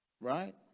Right